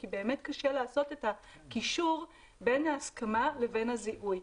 כי באמת קשה לעשות את הקישור בין ההסכמה לבין הזיהוי.